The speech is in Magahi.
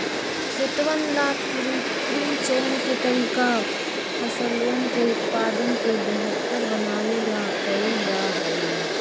खेतवन ला कृत्रिम चयन के तरीका फसलवन के उत्पादन के बेहतर बनावे ला कइल जाहई